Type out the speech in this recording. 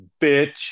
bitch